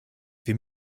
wir